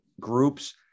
groups